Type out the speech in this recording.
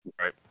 Right